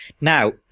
Now